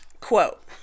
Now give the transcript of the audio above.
Quote